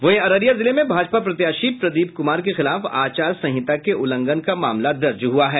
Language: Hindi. वहीं अररिया जिले में भाजपा प्रत्याशी प्रदीप कुमार के खिलाफ आचार संहिता के उल्लंघन का मामला दर्ज हुआ है